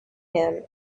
him